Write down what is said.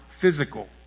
physical